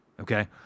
Okay